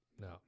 no